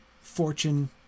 fortune